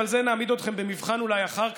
אבל על זה נעמיד אתכם במבחן אולי אחר כך,